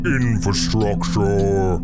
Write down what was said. infrastructure